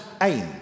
aim